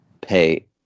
pay